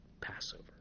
Passover